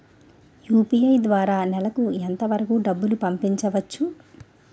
UPI ద్వారా నెలకు ఎంత వరకూ డబ్బులు పంపించవచ్చు?